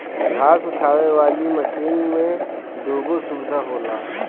घास उठावे वाली मशीन में दूगो सुविधा होला